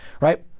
right